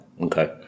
Okay